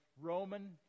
Roman